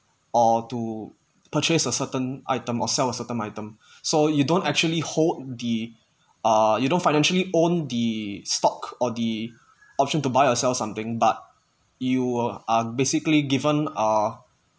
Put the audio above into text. or to purchase a certain item or sell a certain item so you don't actually hold the uh you don't financially own the stock or the option to buy ourselves something but you are basically given err